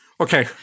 Okay